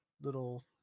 little